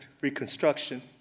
reconstruction